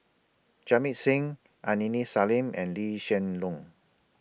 Jamit Singh Aini Salim and Lee Hsien Loong